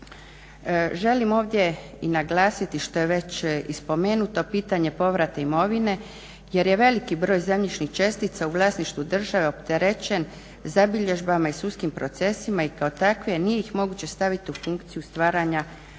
Želim ovdje i naglasiti što je već i spomenuto, pitanje povrata imovine, jer je veliki broj zemljišnih čestica u vlasništvu države opterećen zabilježbama i sudskim procesima i kao takve nije ih moguće staviti u funkciju stvaranja nove